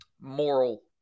moral